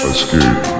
Escape